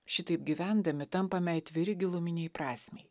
šitaip gyvendami tampame atviri giluminei prasmei